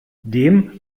dem